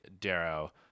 Darrow